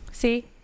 See